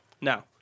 Now